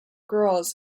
girls